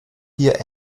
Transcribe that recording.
hier